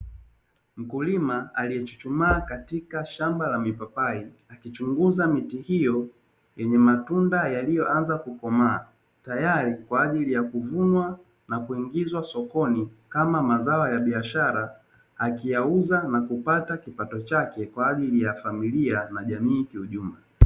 Mkulima aliyechuchumaa katika shamba la mipapai, akichunguza miti hiyo yenye matunda yaliyoanza kukomaa tayari kwa ajili ya kuvunwa na kuingizwa sokoni kama mazao ya biashara, akiyauza na kupata kipato chake kwa ajili ya familia na jamii kiujumla.